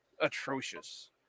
atrocious